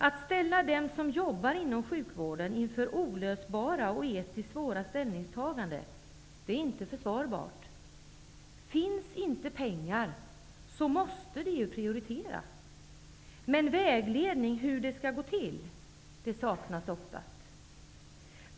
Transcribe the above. Att ställa dem som jobbar inom sjukvården inför olösbara och etiskt svåra ställningstaganden är inte försvarbart. Om det inte finns pengar måste de prioritera. Men vägledning för hur det skall gå till saknas oftast.